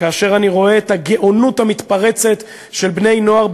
כאשר אני רואה את הגאונות המתפרצת של בני-נוער,